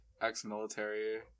ex-military